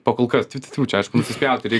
pakolkas tiu tiu tiū čia aišku nusispjauti rei